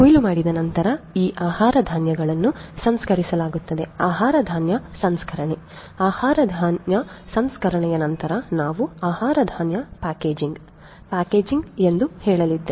ಕೊಯ್ಲು ಮಾಡಿದ ನಂತರ ಈ ಆಹಾರ ಧಾನ್ಯಗಳನ್ನು ಸಂಸ್ಕರಿಸಲಾಗುವುದು ಆಹಾರ ಧಾನ್ಯ ಸಂಸ್ಕರಣೆ ಆಹಾರ ಧಾನ್ಯ ಸಂಸ್ಕರಣೆಯ ನಂತರ ನಾವು ಆಹಾರ ಧಾನ್ಯಗಳ ಪ್ಯಾಕೇಜಿಂಗ್ ಪ್ಯಾಕೇಜಿಂಗ್ ಎಂದು ಹೇಳಲಿದ್ದೇವೆ